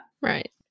Right